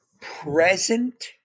present